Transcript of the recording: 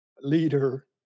leader